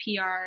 PR